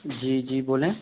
जी जी बोलें